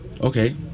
Okay